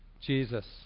Jesus